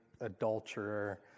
adulterer